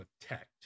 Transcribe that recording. protect